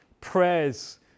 prayers